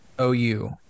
OU